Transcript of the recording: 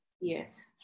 Yes